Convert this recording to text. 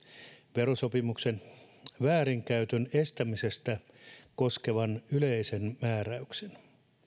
verosopimuksen väärinkäytön estämistä koskevan yleisen määräyksen